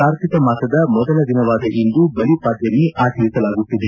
ಕಾರ್ತಿಕ ಮಾಸದ ಮೊದಲ ದಿನವಾದ ಇಂದು ಬಲಿಪಾಡ್ಕಮಿ ಆಚರಿಸಲಾಗುತ್ತಿದೆ